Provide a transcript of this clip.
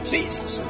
Jesus